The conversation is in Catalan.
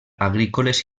agrícoles